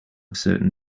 certain